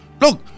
look